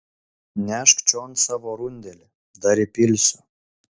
nešk čion savo rundelį dar įpilsiu